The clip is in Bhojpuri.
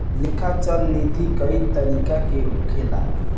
लेखा चल निधी कई तरीका के होखेला